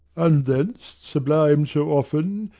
and thence sublimed so often,